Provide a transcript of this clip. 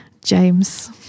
James